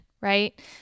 Right